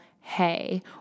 hey